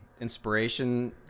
inspiration